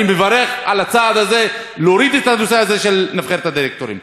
אני מברך על הצעד הזה של להוריד את הנושא הזה של נבחרת הדירקטורים.